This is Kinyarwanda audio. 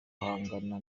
guhangana